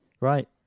Right